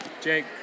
Jake